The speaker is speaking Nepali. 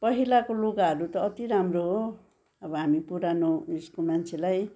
पहिलाको लुगाहरू त अति राम्रो हो अब हामी पुरानो उएसको मान्छेलाई